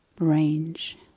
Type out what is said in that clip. range